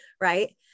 right